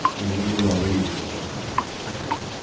they were, they were already living with my grandmother. i gotcha.